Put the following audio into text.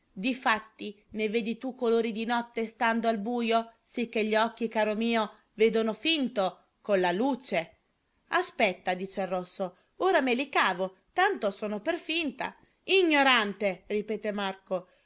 difatti ne vedi tu colori di notte stando al bujo sicché gli occhi caro mio vedono finto con la luce aspetta dice il rosso ora me li cavo tanto sono per finta ignorante ripete marco